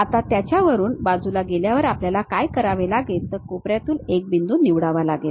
आता त्याच्यावरून बाजूला गेल्यावर आपल्याला काय करावे लागेल तर कोपऱ्यातील एक बिंदू निवडावा लागेल